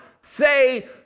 say